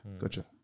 Gotcha